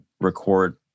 record